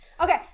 Okay